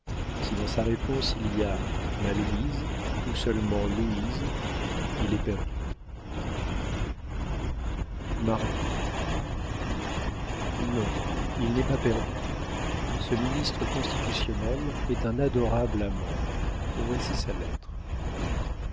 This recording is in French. si dans sa réponse il y a ma louise ou seulement louise il est perdu mardi non il n'est pas perdu ce ministre constitutionnel est un adorable amant voici sa lettre